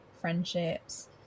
friendships